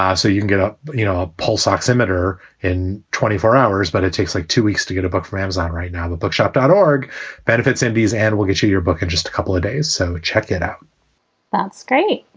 ah so you can get a you know pulse oximeter in twenty four hours, but it takes like two weeks to get a book for amazon. right now, the book shop dot org benefits m d. and we'll get to your book in just a couple of days. so check it out that's great.